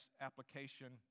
application